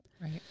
Right